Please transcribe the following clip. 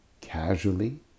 casually